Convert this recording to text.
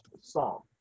song